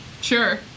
Sure